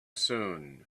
soon